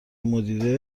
مدیره